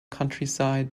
countryside